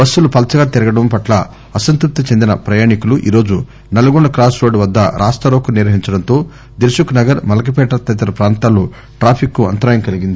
బస్సులు పల్పగా తిరగడం పట్ల అసంతృప్తి చెందిన ప్రయాణికులు ఈరోజు నల్గొండ క్రాస్ రోడ్ వద్ద రాస్తారోకో నిర్వహించడంతో Dilsukhnagar Malakpet తదితర ప్రాంతాల్లో ట్రాఫిక్ కు అంతరాయం కలిగింది